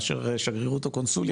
מאשר שגרירות או קונסוליה.